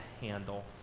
handle